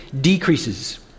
decreases